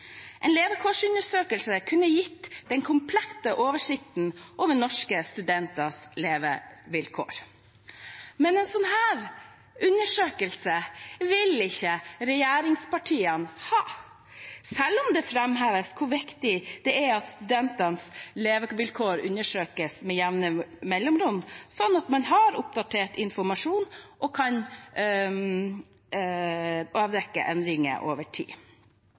En levekårsundersøkelse kunne gitt oss den komplette oversikten over norske studenters levevilkår. Men en slik undersøkelse vil ikke regjeringspartiene ha, selv om det framheves hvor viktig det er at studentenes levevilkår undersøkes med jevne mellomrom, slik at man har oppdatert informasjon og kan avdekke endringer over tid.